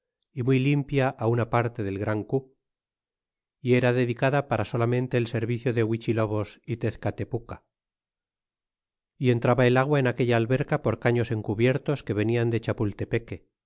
y muy limpia una parte del gran cu y era dedicada para solamente el servicio de huichilobos é tezcatepuca y entraba el agua en aquella alberca por caños encubiertos que venian de